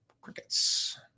Crickets